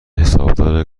حسابدار